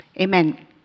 Amen